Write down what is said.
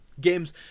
games